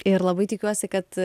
ir labai tikiuosi kad